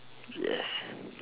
yes